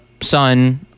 son